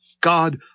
God